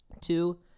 Two